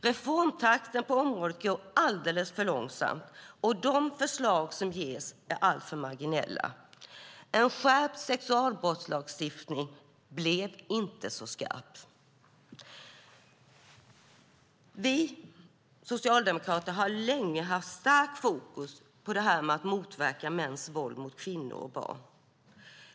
Reformtakten på området är alldeles för långsam, och de förslag som läggs fram är alltför marginella. En skärpt sexualbrottslagstiftning blev inte så skarp. Vi socialdemokrater har länge haft ett starkt fokus på att motverka mäns våld mot kvinnor och barn.